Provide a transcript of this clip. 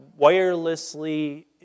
wirelessly